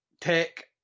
tech